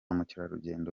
mukerarugendo